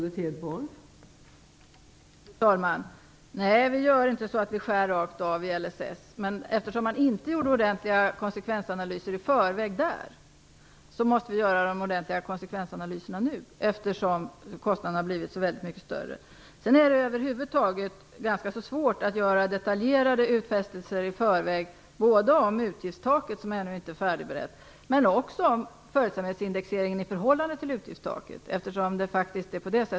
Fru talman! Nej, vi skär inte rakt av i LSS. Men eftersom man då inte gjorde ordentliga konsekvensanalyser i förväg, måste vi göra det nu i och med att kostnaderna har blivit så mycket högre. Det är över huvud taget ganska svårt att göra detaljerade utfästelser i förväg både om utgiftstaket, som ännu inte är färdigberett, och också om följsamhetsindexeringen i förhållande till utgiftstaket.